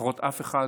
לפחות אף אחד